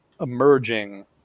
emerging